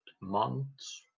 months